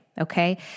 Okay